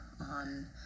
on